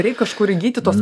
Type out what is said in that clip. reik kažkur įgyti tos